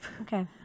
Okay